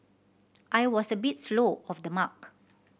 I was a bit slow off the mark